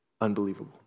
unbelievable